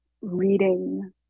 reading